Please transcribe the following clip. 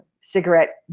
Cigarette